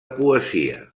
poesia